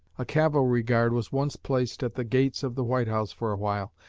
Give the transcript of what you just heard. a cavalry guard was once placed at the gates of the white house for a while,